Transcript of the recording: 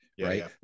right